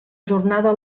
jornada